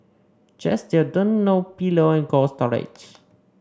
Chesdale Dunlopillo and Cold Storage